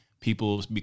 people